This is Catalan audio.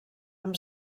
amb